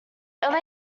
only